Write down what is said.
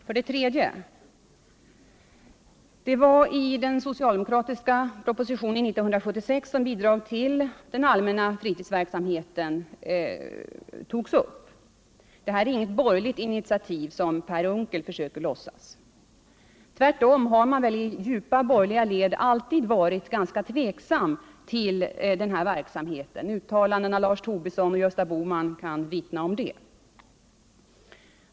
För det tredje var det i den socialdemokratiska propositionen år 1976 om skolans inre arbete som frågan om bidrag till den allmänna fritidsverksamheten togs upp. Det är inte fråga om något borgerligt initiativ, som Per Unckel försöker ge intryck av. Tvärtom har man väl i djupa borgerliga led alltid varit ganska tveksam till denna verksamhet. Uttalanden av Lars Tobisson och Gösta Bohman kan vittna om det.